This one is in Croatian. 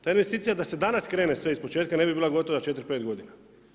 Ta investicija da se danas krene sve ispočetka ne bi bila gotova 4, 5 godina.